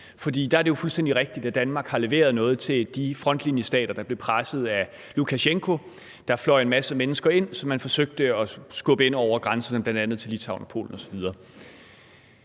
For det er jo fuldstændig rigtigt, at Danmark har leveret noget til de frontlinjestater, der blev presset af Lukasjenko, der fløj en masse mennesker ind, som man forsøgte at skubbe ind over grænserne til bl.a. Litauen og Polen.